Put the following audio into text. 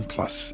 Plus